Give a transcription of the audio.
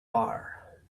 bar